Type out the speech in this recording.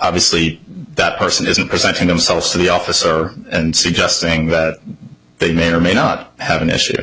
obviously that person isn't presenting themselves to the officer and suggesting that they may or may not have an issue